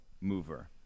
mover